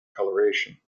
colouration